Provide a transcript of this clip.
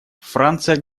франция